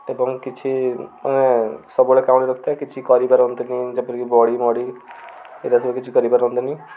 ଏବଂ କିଛି ମାନେ ସବୁବେଳେ କାଉଁଳି ରଖିଥାଏ କିଛି କରିପାରନ୍ତିନି ଯେପରି କି ବଡ଼ିମଡ଼ି ଏଗୁଡ଼ାସବୁ କିଛି କରିପାରନ୍ତିନି